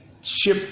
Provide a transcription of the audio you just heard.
ship